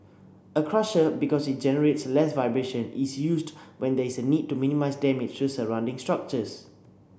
a crusher because it generates less vibration is used when there is a need to minimise damage to surrounding structures